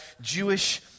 Jewish